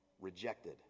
rejected